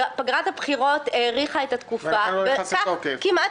פגרת הבחירות האריכה את התקופה וכך כבר כמעט